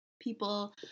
people